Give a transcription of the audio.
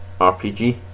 RPG